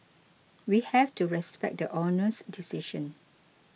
we have to respect the Honour's decision